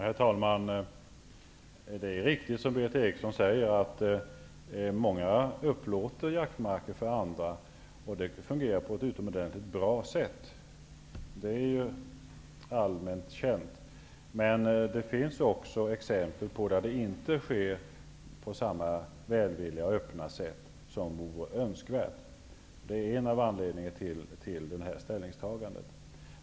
Herr talman! Det är riktigt, Berith Eriksson, att många upplåter jaktmarker för andra och att det fungerar utomordentligt väl. Detta är också allmänt känt. Men det finns också exempel på fall där denna önskvärda välvilja och öppenhet inte finns. Det är en av anledningarna till ställningstagandet.